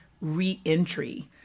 reentry